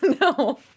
no